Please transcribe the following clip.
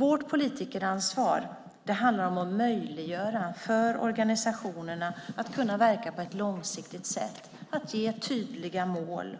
Vårt politikeransvar handlar om att möjliggöra för organisationerna att verka på ett långsiktigt sätt och att ge tydliga mål